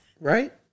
Right